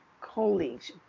colleagues